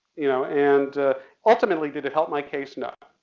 you know. and ultimately did it help my case? no.